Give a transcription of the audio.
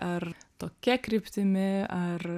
ar tokia kryptimi ar